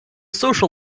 social